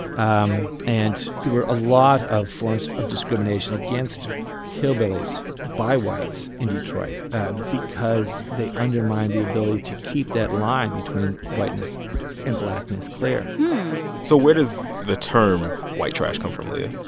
um and there were a lot of forms of discrimination against hillbillies by whites in detroit ah because they undermined the ability to keep that line between whiteness and blackness clear so where does the term white trash come from, leah?